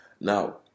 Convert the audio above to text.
Now